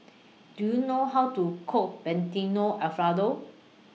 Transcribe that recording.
Do YOU know How to Cook Fettuccine Alfredo